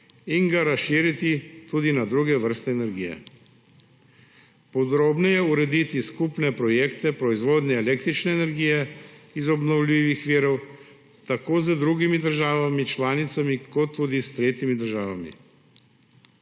in ga razširiti tudi na druge vrste energije; podrobneje urediti skupne projekte proizvodnje električne energije iz obnovljivih virov tako z drugimi državami članicami kot tudi s tretjimi državami;